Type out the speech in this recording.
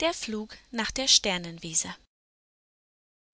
der flug nach der sternenwiese